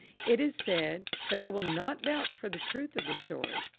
it is said, but i will not vouch for the truth of the story,